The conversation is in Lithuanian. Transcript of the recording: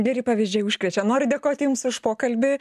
geri pavyzdžiai užkrečia noriu dėkoti jums už pokalbį